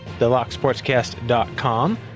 thelocksportscast.com